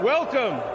Welcome